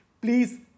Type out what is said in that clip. please